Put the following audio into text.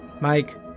Mike